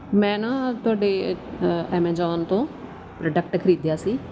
ਮੈਂ ਨਾ ਤੁਹਾਡੇ ਐਮੇਜੋਨ ਤੋਂ ਪ੍ਰੋਡਕਟ ਖਰੀਦਿਆ ਸੀ